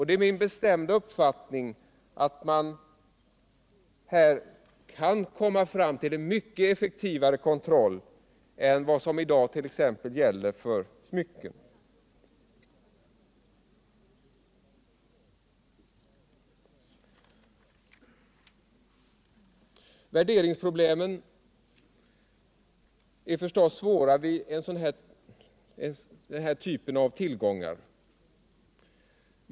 Det är min bestämda uppfattning att man här kan komma fram till en mycket effektivare kontroll än den man i dag hart.ex. när det gäller smycken. Värderingsproblemen är förstås stora vid den här typen av tillgångar.